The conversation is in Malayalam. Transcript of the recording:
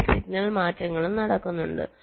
ഉള്ളിൽ സിഗ്നൽ മാറ്റങ്ങളും നടക്കുന്നുണ്ട്